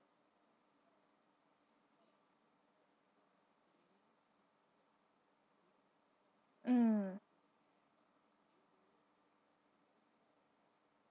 mm